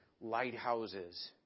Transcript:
lighthouses